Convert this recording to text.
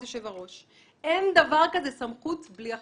יושב הראש: "אין דבר כזה סמכות בלי אחריות.